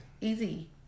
Easy